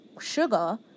sugar